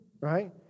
right